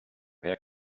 rien